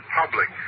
public